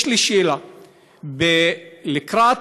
יש לי שאלה, לקראת